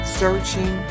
searching